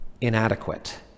inadequate